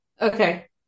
Okay